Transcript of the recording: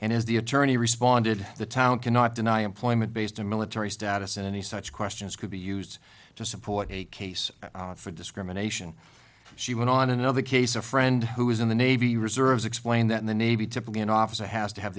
and as the attorney responded the town cannot deny employment based on military status and any such questions could be used to support a case for discrimination she went on in another case a friend who is in the navy reserves explained that in the navy typically an officer has to have